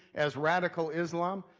as radical islam.